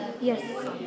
Yes